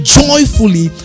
joyfully